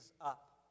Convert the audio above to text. up